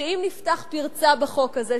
שאם נפתח פרצה בחוק הזה,